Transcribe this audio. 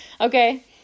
Okay